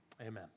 Amen